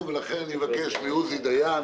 ולכן אני מבקש מעוזי דיין